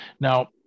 now